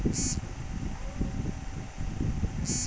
আমার সেভিংস অ্যাকাউন্টের ATM card কিভাবে পাওয়া যাবে?